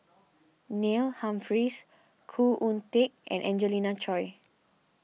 Neil Humphreys Khoo Oon Teik and Angelina Choy